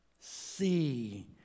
see